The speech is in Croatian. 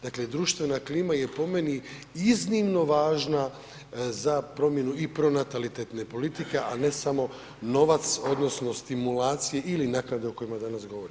Dakle, društvena klima je po meni iznimno važna za promjenu i pronatalitetne politike, a ne samo novac odnosno stimulacije ili naknade o kojima danas govorimo.